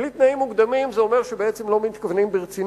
"בלי תנאים מוקדמים" זה אומר שבעצם לא מתכוונים ברצינות,